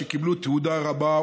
שקיבלו תהודה רבה,